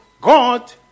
God